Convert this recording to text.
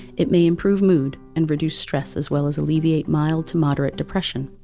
it may improve mood, and reduce stress as well as alleviate mild to moderate depression.